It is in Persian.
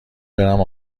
برم